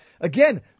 Again